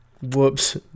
Whoops